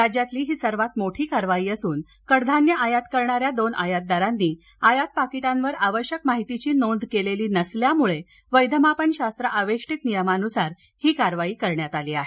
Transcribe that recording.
राज्यातली ही सर्वात मोठी कारवाई असून कडधान्य आयात करणाऱ्या दोन आयातदारांनी आयात पाकिटावर आवश्यक माहितीची नोंद केलेली नसल्यामुळे वैधमापन शास्त्र आवेष्टित नियमानुसार ही कारवाई करण्यात आली आहे